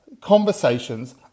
conversations